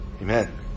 Amen